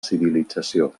civilització